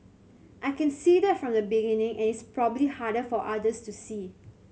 I can see that from the beginning and it's probably harder for others to see